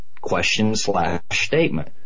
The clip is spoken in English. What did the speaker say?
question-slash-statement